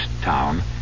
town